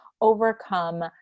overcome